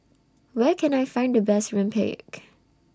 Where Can I Find The Best Rempeyek